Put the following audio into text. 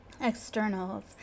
externals